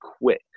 quit